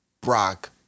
Brock